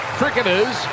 cricketers